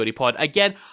again